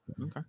Okay